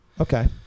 Okay